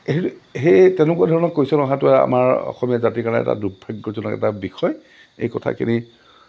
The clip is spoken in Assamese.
সেই তেনেকুৱা ধৰণৰ কৈচন অহাটো আমাৰ অসমীয়া জাতিৰ কাৰণে এটা দুৰ্ভাগ্যজনক এটা বিষয় এই কথাখিনি